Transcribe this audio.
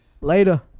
Later